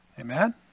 amen